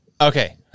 Okay